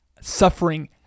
suffering